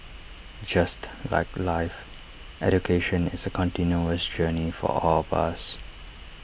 just like life education is A continuous journey for all of us